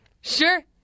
Sure